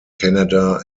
canada